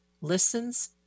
listens